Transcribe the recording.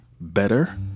better